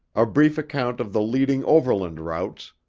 a brief account of the leading overland routes,